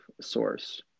source